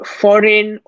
foreign